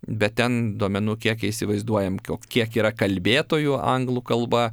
bet ten duomenų kiekiai įsivaizduojam kiek yra kalbėtojų anglų kalba